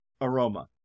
aroma